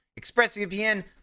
ExpressVPN